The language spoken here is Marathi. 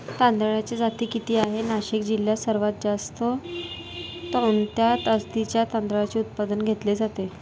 तांदळाच्या जाती किती आहेत, नाशिक जिल्ह्यात सर्वात जास्त कोणत्या जातीच्या तांदळाचे उत्पादन घेतले जाते?